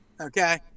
Okay